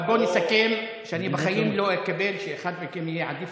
אבל בוא נסכם שאני בחיים לא אקבל שאחד מכם יהיה עדיף